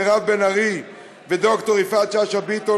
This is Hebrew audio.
מירב בן ארי וד"ר יפעת שאשא ביטון,